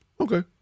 okay